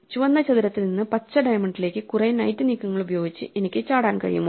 ചുവന്ന ചതുരത്തിൽ നിന്ന് പച്ച ഡയമണ്ടിലേക്ക് കുറെ നൈറ്റ് നീക്കങ്ങൾ ഉപയോഗിച്ച് എനിക്ക് ചാടാൻ കഴിയുമോ